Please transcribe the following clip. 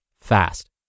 fast